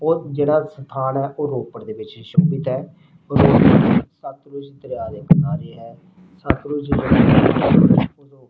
ਉਹ ਜਿਹੜਾ ਸਥਾਨ ਹੈ ਉਹ ਰੋਪੜ ਦੇ ਵਿੱਚ ਸੁਸ਼ੋਭਿਤ ਹੈ ਸਤਲੁਜ ਦਰਿਆ ਦੇ ਕਿਨਾਰੇ ਹੈ ਸਤਲੁਜ